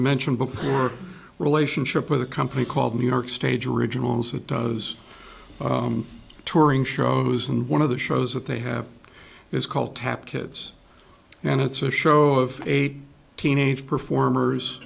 mentioned before relationship with a company called new york stage originals that does touring shows and one of the shows that they have is called tap kids and it's a show of eight teenage performers